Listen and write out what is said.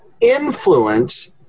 influence